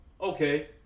Okay